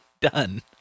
Done